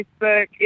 Facebook